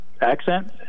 accent